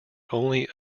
only